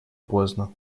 поздно